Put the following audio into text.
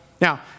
Now